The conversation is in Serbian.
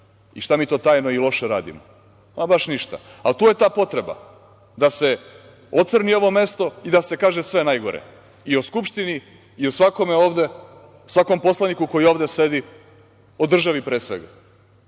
I šta mi to tajno i loše radimo? Ama baš ništa. Ali to je ta potreba da se ocrni ovo mesto i da se kaže sve najgore i o Skupštini i o svakome ovde, svakom poslaniku koji ovde sedi, o državi pre svega.